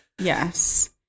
Yes